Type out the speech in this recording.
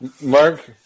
Mark